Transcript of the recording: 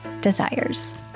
desires